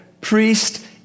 priest